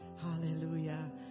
hallelujah